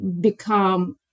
become